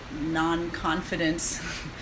non-confidence